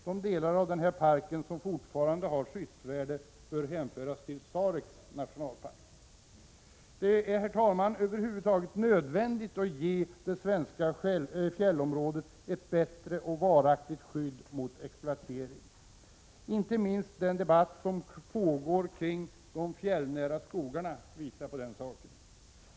De delar av denna park som fortfarande har skyddsvärde bör hänföras till Sareks nationalpark. Det är över huvud taget nödvändigt att ge det svenska fjällområdet ett bättre och varaktigt skydd mot exploatering. Inte minst den debatt som pågår om de fjällnära skogarna visar detta.